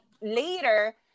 later